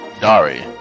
Dari